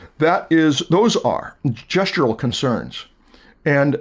that is those are gestural concerns and